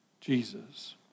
Jesus